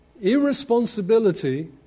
Irresponsibility